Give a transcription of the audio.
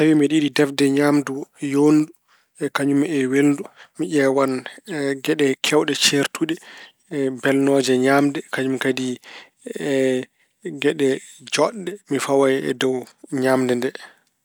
Tawi mbeɗa yiɗi defde ñaamdu yooɗndu, kañum e welndu, mi ƴeewan geɗe keewɗe ceertuɗe belnooje ñaamde, kañum kadi e geɗe jooɗɗe. Mi fawa e dow ñaamde nde.